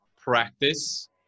practice